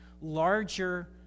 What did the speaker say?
larger